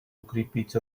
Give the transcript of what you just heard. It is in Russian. укрепить